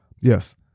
Yes